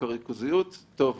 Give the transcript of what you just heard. הריכוזיות - טוב הוא,